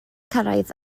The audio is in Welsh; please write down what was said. cyrraedd